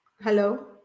Hello